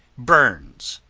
burns,